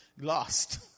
lost